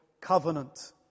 covenant